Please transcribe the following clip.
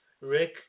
Rick